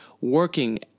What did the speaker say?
working